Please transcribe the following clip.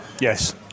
yes